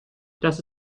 das